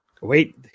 Wait